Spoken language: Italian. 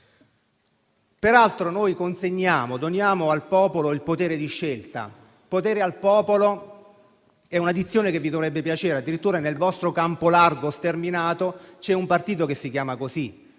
Peraltro, noi doniamo al popolo il potere di scelta. Potere al popolo è una dizione che vi dovrebbe piacere; addirittura nel vostro campo largo sterminato c'è un partito che si chiama così.